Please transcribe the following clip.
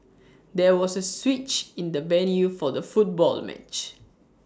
there was A switch in the venue for the football match